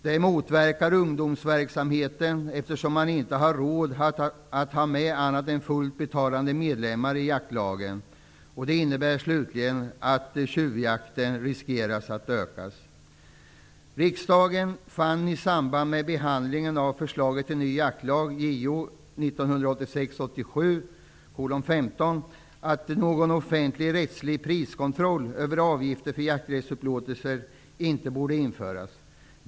Det motverkar ungdomsverksamheten, eftersom man inte har råd att ha med andra än fullt betalande medlemmar i jaktlagen. Det innebär slutligen att tjuvjakten riskerar att öka. I samband med behandlingen av förslaget till ny jaktlag, JoU 1986/87:15, fann riksdagen att någon offentlig rättslig priskontroll över avgifter för jakträttsupplåtelser inte borde införas.